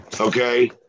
Okay